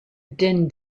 din